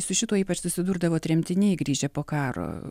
su šituo ypač susidurdavo tremtiniai grįžę po karo